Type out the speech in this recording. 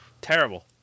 Terrible